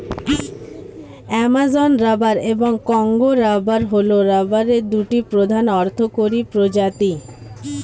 Amazon rubber এবং Congo rubber হল রাবারের দুটি প্রধান অর্থকরী প্রজাতি